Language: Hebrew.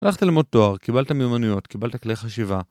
הלכת ללמוד תואר, קיבלת מיומנויות, קיבלת כלי חשיבה